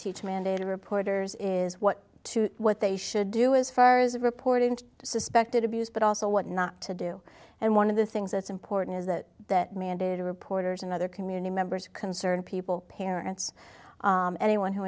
teach mandated reporters is what to what they should do as far as reporting suspected abuse but also what not to do and one of the things that's important is that that mandated reporters and other community members concern people parents anyone who